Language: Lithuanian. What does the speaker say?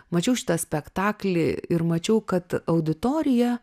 mačiau šitą spektaklį ir mačiau kad auditorija